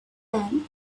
time